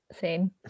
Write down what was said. seen